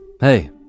Hey